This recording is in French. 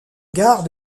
gare